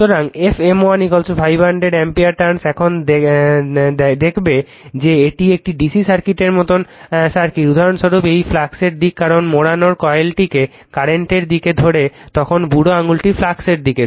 সুতরাং f m1 500 ampere turn এখন দেখাবে যে এটি একটি ডিসি সার্কিটের মতো সার্কিট উদাহরণস্বরূপ এটি ফ্লাক্সের দিক কারণ মোড়ানো কয়েলটিকে কারেন্টের দিকে ধরে তখন বুড়ো আঙুলটি ফ্লাক্সের দিক